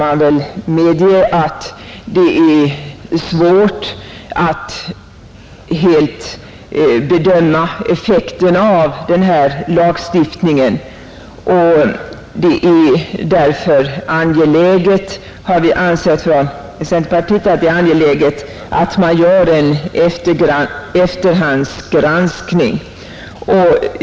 Man kan medge att det är svårt att helt bedöma effekterna av lagstiftningen. Det är därför angeläget, har vi centerpartiledamöter ansett, att man gör en efterhandsgranskning.